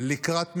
לקראת מלחמה,